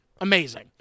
amazing